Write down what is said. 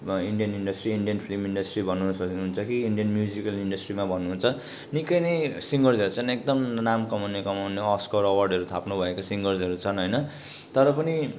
अब Indian industry Indian film industry भन्नु सक्नुहुन्छ कि इन्डियन म्युजिकल इन्डस्ट्रीमा भन्नुहुन्छ निकै नै सिङ्गर्सहरू छन् एकदम नाम कमाउने कमाउने अस्कर अवार्डहरू थाप्नुभएको सिङ्गर्सहरू छन् होइन तर पनि